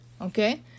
Okay